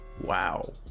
wow